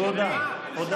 אז אל תהיי דו-פרצופית.